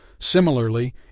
Similarly